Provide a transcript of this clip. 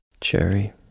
Cherry